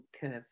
curve